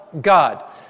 God